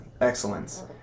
excellence